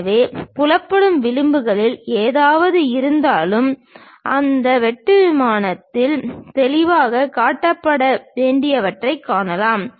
எனவே புலப்படும் விளிம்புகள் எதுவாக இருந்தாலும் அந்த வெட்டு விமானத்தில் தெளிவாகக் காட்டப்பட வேண்டியவற்றைக் காணலாம்